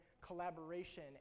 collaboration